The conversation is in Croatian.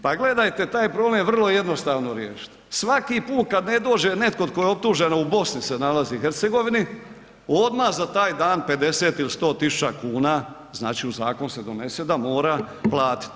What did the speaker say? Pa gledajte, taj problem je vrlo jednostavno riješiti, svaki put kad ne dođe netko tko je optužen a u Bosni se nalazi i Hercegovini, odmah za taj dan 50 ili 100 000 kuna, znači u zakon se donese da mora platiti.